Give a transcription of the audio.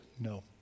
no